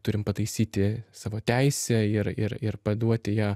turim pataisyti savo teisę ir ir ir paduoti ją